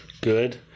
good